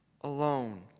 alone